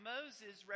Moses